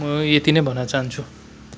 म यति नै भन्न चाहन्छु